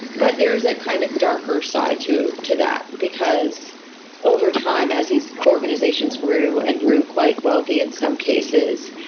but there is a kind of a darker side to to that because over time as these organisations grew, and grew quite wealthy in some cases,